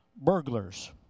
burglars